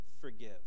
forgive